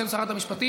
בשם שרת המשפטים,